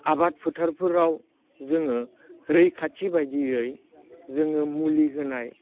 आबाद फोथारफोराव जोङो रैखाथि बायदियै जोङो मुलि होनाय